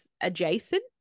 adjacent